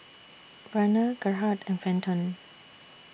Verner Gerhardt and Fenton